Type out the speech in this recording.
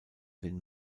den